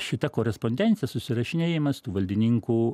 šita korespondencija susirašinėjimas tų valdininkų